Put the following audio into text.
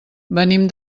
venim